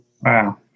Wow